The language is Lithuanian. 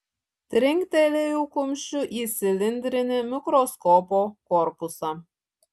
trinktelėjau kumščiu į cilindrinį mikroskopo korpusą